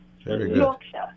Yorkshire